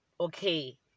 okay